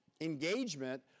engagement